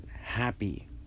happy